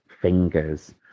fingers